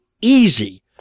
easy